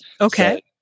Okay